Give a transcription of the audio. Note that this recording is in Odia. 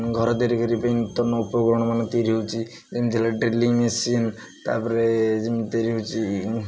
ଘର ତିଆରି କରିବା ପାଇଁ ନୂତନ ଉପକରଣ ମାନ ତିଆରି ହେଉଛି ଯେମିତି ହେଲେ ଡ୍ରିଲିଂ ମେସିନ୍ ତା'ପରେ ଯେମିତି ତିଆରି ହେଉଛି